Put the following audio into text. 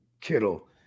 Kittle